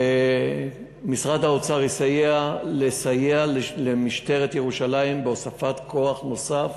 ומשרד האוצר יסייע למשטרת ירושלים בכוח נוסף